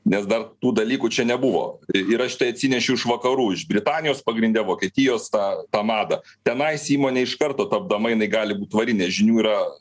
nes dar tų dalykų čia nebuvo i ir aš tai atsinešiau iš vakarų iš britanijos pagrind vokietijos tą tą madą tenais įmonė iš karto tapdama jinai gali būti varinė žinių yra